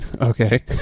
Okay